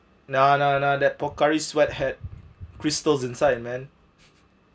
no no no that pocari sweat head crystals inside man